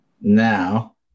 Now